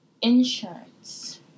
insurance